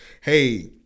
hey